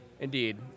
Indeed